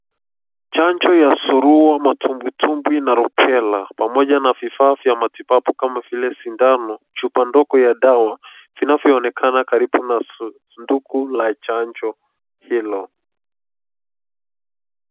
Chanjo ya surua , matumbwitumbwi na lubela pamoja na vivaa vya matibabu kama vile sindano chupa ndogo ya dawa vinavyo onekana karibu na sanduku la chajo hilo